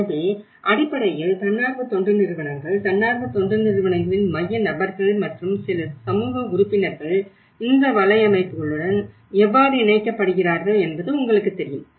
எனவே அடிப்படையில் தன்னார்வ தொண்டு நிறுவனங்கள் தன்னார்வ தொண்டு நிறுவனங்களின் மைய நபர்கள் மற்றும் சில சமூக உறுப்பினர்கள் இந்த வலையமைப்புகளுடன் எவ்வாறு இணைக்கப்படுகிறார்கள் என்பது உங்களுக்குத் தெரியும்